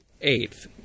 eighth